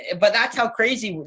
but that's how crazy,